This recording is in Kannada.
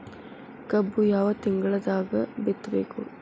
ಕಬ್ಬು ಯಾವ ತಿಂಗಳದಾಗ ಬಿತ್ತಬೇಕು?